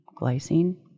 glycine